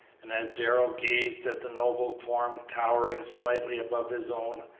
and as darrell gazed at the noble form, towering slightly above his own,